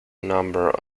number